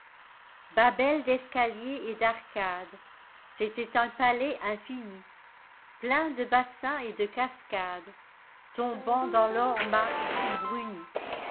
babul d'escaliers et d'arcades c'était un palais infini plein de bassins et de cascadestombant dans l'or mat ou bruni